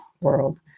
world